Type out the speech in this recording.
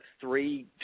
three